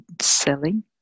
selling